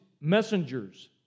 messengers